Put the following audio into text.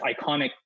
iconic